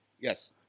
Yes